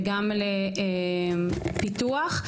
וגם לפיתוח.